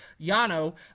Yano